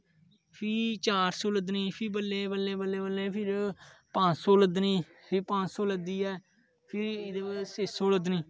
फ्ही चार सौ लद्दनी फ्ही बल्लें बल्लें बल्लें फिर पंज सौ लद्दनी फिर पंज सौ लद्दी ऐ फिर छे सौ लद्दनी